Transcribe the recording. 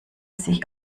sich